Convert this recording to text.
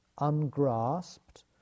ungrasped